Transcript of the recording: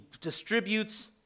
distributes